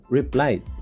replied